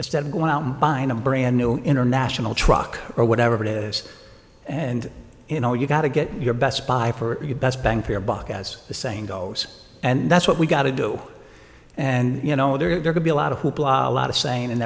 istead going to find a brand new international truck or whatever it is and you know you've got to get your best buy for your best bang for your buck as the saying goes and that's what we got to do and you know there could be a lot of hoopla a lot of saying and